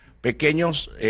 pequeños